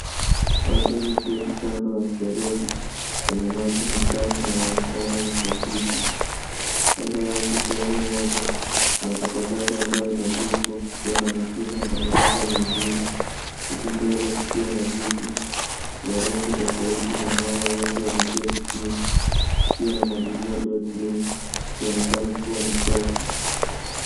Watu wameketi kando ya mfereji, kwenye maji machafu na unaonekana unasafishwa, kando yake sehemu moja kuna takataka ambayo imetupwa, ikiwa na machupa na takataka nyingine, huku mbele nikiona viti vya rangi tofauti na wamama wengi wameketi chini, kukiwa na magunia yaliyochini, ikonekana kuwa ni soko.